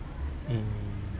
um